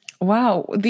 Wow